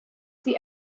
see